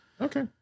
Okay